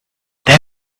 there